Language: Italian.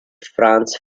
franz